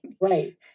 Right